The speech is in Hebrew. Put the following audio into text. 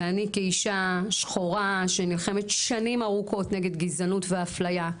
ואני כאישה שחורה שנלחמת שנים ארוכות נגד גזענות ואפליה,